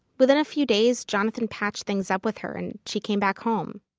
within a few days, jonathan patched things up with her and she came back home.